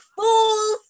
fools